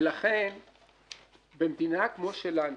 ולכן במדינה כמו שלנו,